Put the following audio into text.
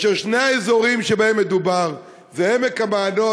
ושני האזורים שבהם מדובר הם עמק-המעיינות,